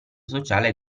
sociale